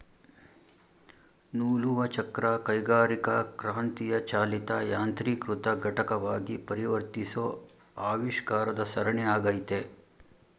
ನೂಲುವಚಕ್ರ ಕೈಗಾರಿಕಾಕ್ರಾಂತಿಯ ಚಾಲಿತ ಯಾಂತ್ರೀಕೃತ ಘಟಕವಾಗಿ ಪರಿವರ್ತಿಸೋ ಆವಿಷ್ಕಾರದ ಸರಣಿ ಆಗೈತೆ